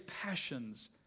passions